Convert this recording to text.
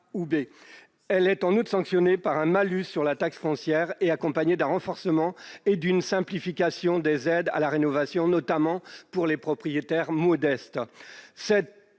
serait sanctionné par un malus sur la taxe foncière et elle s'accompagnerait d'un renforcement et d'une simplification des aides à la rénovation, notamment pour les propriétaires modestes.